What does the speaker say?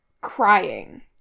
crying